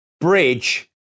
bridge